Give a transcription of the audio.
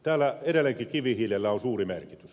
täällä on edelleenkin kivihiilellä suuri merkitys